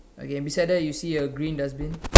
okay beside there you see a green dustbin